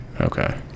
Okay